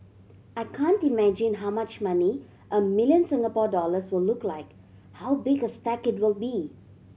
I can't imagine how much money a million Singapore dollars will look like how big a stack it will be